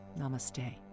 Namaste